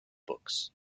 books